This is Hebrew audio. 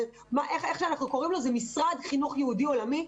אבל אנחנו קוראים לו "משרד חינוך יהודי עולמי".